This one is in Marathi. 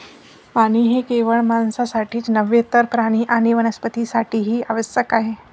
पाणी हे केवळ माणसांसाठीच नव्हे तर प्राणी आणि वनस्पतीं साठीही आवश्यक आहे